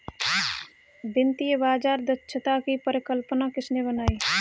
वित्तीय बाजार दक्षता की परिकल्पना किसने बनाई?